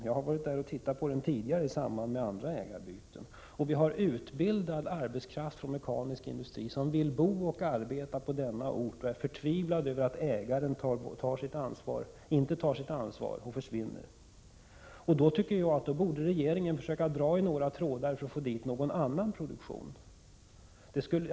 Jag har varit och tittat på den i samband med andra ägarbyten. Vi har utbildad arbetskraft för mekanisk industri som vill bo och arbeta på denna ort och är förtvivlad över att ägaren inte tar sitt ansvar. Då borde regeringen försöka dra i några trådar för att få dit annan produktion.